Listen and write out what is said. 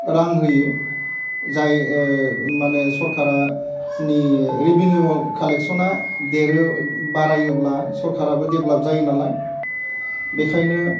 रां होयो जाय माने सरकारा रिभिनिउ कालेकसना देरो बारायोब्ला सरकाराबो देब्लाप जायो नालाय बेखायनो